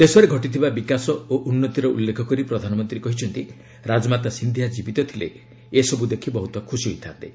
ଦେଶରେ ଘଟିଥିବା ବିକାଶ ଓ ଉନ୍ନତିର ଉଲ୍ଲ୍ରେଖ କରି ପ୍ରଧାନମନ୍ତ୍ରୀ କହିଛନ୍ତି ରାଜମାତା ସିନ୍ଧିଆ ଜୀବିତ ଥିଲେ ଏ ସବୁ ଦେଖି ବହୁତ ଖୁସି ହୋଇଥାନ୍ତେ